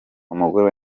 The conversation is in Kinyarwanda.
umugore